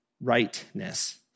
Rightness